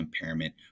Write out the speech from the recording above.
impairment